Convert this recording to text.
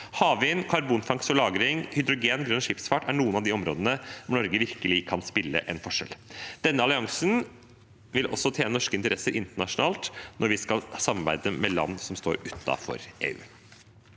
Havvind, karbonfangst og -lagring, hydrogen og grønn skipsfart er noen av de områdene hvor Norge virkelig kan spille en rolle. Denne alliansen vil også tjene norske interesser internasjonalt når vi skal samarbeide med land som står utenfor EU.